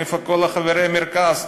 איפה כל חברי המרכז?